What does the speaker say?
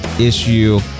issue